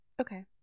Okay